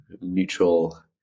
mutual